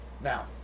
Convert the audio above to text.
Now